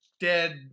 dead